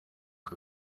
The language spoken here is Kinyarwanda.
ngo